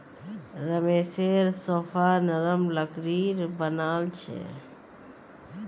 रमेशेर सोफा नरम लकड़ीर बनाल छ